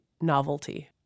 novelty